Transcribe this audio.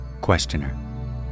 Questioner